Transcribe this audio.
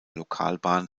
lokalbahn